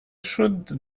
should